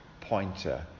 pointer